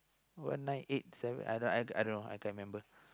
one nine eight seven I I don't know I can't remember